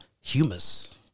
humus